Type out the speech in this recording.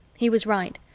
he was right.